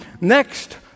next